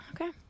Okay